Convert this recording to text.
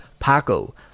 Paco